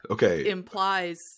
implies